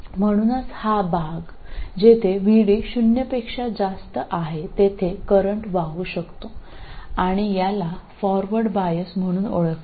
അതിനാൽ VD പൂജ്യത്തേക്കാൾ വലുതായ ഈ പ്രദേശത്തിന് കാര്യമായ വൈദ്യുതധാരകൾ ഒഴുകാം ഇത് ഫോർവേഡ് ബയസ് എന്നറിയപ്പെടുന്നു